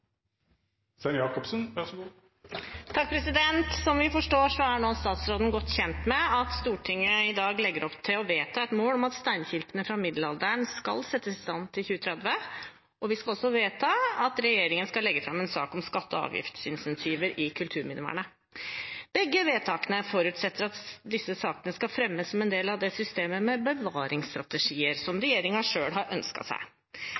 har, og så er det nokre område der vi kanskje har eit forbetringspotensial. Det ser eg komiteen er oppteken av, bl.a. innanfor jordbruket, og det skal vi jobbe vidare med. Som vi forstår, er statsråden godt kjent med at Stortinget i dag legger opp til å vedta et mål om at steinkirkene fra middelalderen skal settes i stand til 2030. Vi skal også vedta at regjeringen skal legge fram en sak om skatte- og avgiftsinsentiver i kulturminnevernet. Begge vedtakene forutsetter at disse sakene skal fremmes som en